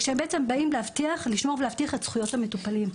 כשבעצם באים לשמור ולהבטיח את זכויות המטופלים,